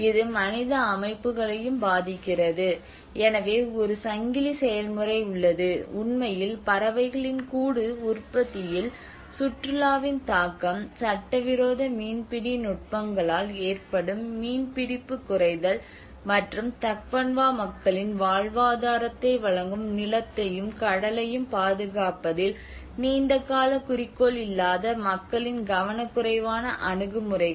இது மனித அமைப்புகளையும் பாதிக்கிறது எனவே ஒரு சங்கிலி செயல்முறை உள்ளது உண்மையில் பறவைகளின் கூடு உற்பத்தியில் சுற்றுலாவின் தாக்கம் சட்டவிரோத மீன்பிடி நுட்பங்களால் ஏற்படும் மீன் பிடிப்பு குறைதல் மற்றும் தக்பன்வா மக்களின் வாழ்வாதாரத்தை வழங்கும் நிலத்தையும் கடலையும் பாதுகாப்பதில் நீண்டகால குறிக்கோள் இல்லாத மக்களின் கவனக்குறைவான அணுகுமுறைகள்